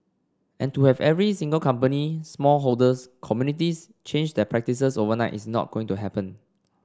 and to have every single company small holders communities change their practices overnight is not going to happen